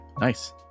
nice